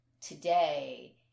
today